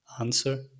answer